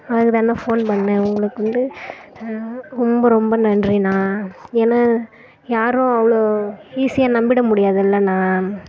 அதுக்கு தாண்ணா ஃபோன் பண்ணிணேன் உங்களுக்கு வந்து ரொம்ப ரொம்ப நன்றிண்ணா ஏன்னால் யாரும் அவ்வளோ ஈசியாக நம்பிவிட முடியாதல்லண்ணா